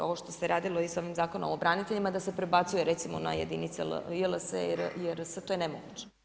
Ovo što se radilo i sa ovim Zakonom o braniteljima da se prebacuje recimo na jedinice … [[Govornica se ne razumije.]] to je nemoguće.